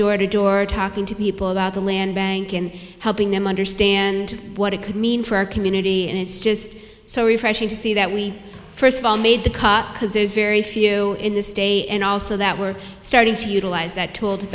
door to door talking to people about the land bank and helping them understand what it could mean for our community and it's just so refreshing to see that we first of all made the cut because there's very few in this day and also that we're starting to utilize that tool to